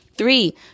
Three